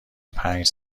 پنج